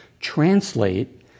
translate